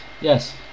Yes